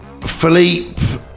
Philippe